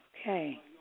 Okay